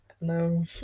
no